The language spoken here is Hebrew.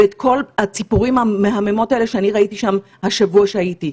ואת כל הציפורים המהממות האלה שראיתי שם השבוע כשהייתי.